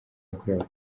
yakorewe